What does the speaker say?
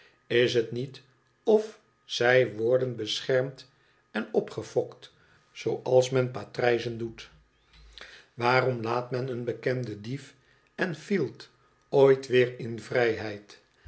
is het niet of zij worden beschermd en opgefokt zooals men patrijzen doet waarom laat men een bekende dief en fielt ooit weer in vrijheid